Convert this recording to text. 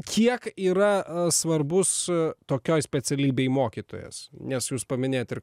kiek yra svarbus tokioj specialybėj mokytojas nes jūs paminėjot ir